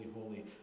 holy